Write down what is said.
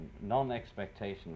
non-expectation